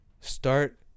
Start